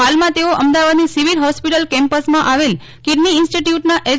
ફાલમાં તેઓ અમદાવાદની civil hospital કેમ્પસમાં આવેલ કિડની ઇન્સ્ટિટયૂટના એચ